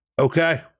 okay